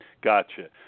Gotcha